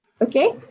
okay